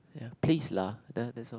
ya please lah that that's all